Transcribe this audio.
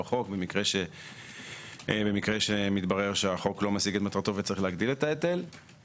בחוק היום לקביעת יעדים והופך אותה לסמכות של רשות.